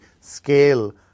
scale